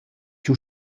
cha